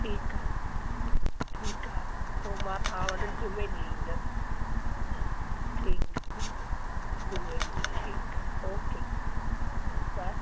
ठीकु आहे ठीकु आहे पोइ मां तव्हां वटि जुमे ॾींहुं ईंदसि ठीकु जुमे ॾींहुं ठीकु आहे ओके बाए